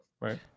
right